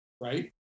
right